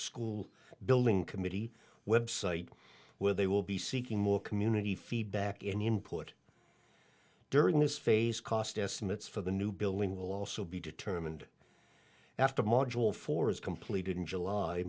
school building committee website where they will be seeking more community feedback input during this phase cost estimates for the new building will also be determined after module four is completed in july